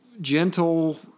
gentle